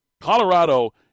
Colorado